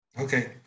Okay